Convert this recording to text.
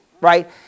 Right